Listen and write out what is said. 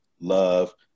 love